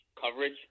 coverage